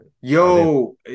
Yo